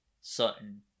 certain